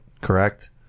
correct